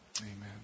Amen